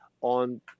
on